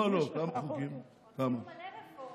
היום יש לך, לא, לא, כמה, יש מלא רפורמות.